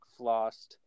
flossed